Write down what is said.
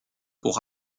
pour